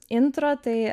intro tai